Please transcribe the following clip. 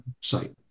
site